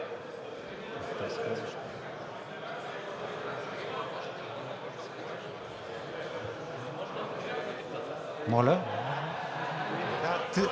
Моля?